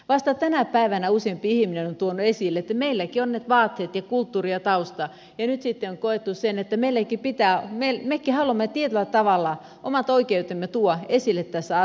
vasta tänä päivänä useampi ihminen on tuonut esille että meilläkin on ne vaatteet kulttuuri ja tausta ja nyt sitten on koettu se että mekin haluamme tietyllä tavalla omat oikeutemme tuoda esille tässä asiassa